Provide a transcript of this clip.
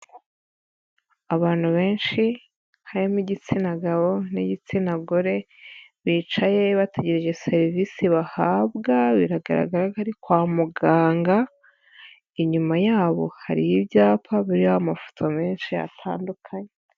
Abantu benshi harimo igitsina gabo n'igitsina gore, bicaye bategereje serivise bahabwa biragaragara ko ari kwa muganga, inyuma yabo hari ibyapa biririho amafoto menshi atandukanye.